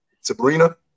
Sabrina